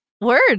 Word